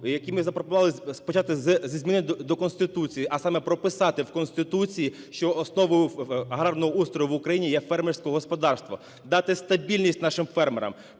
які ми запропонували почати зі змін до Конституції, а саме прописати в Конституції, що основою аграрного устрою в Україні є фермерське господарство, дати стабільність нашим фермерам.